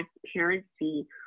transparency